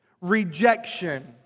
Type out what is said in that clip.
rejection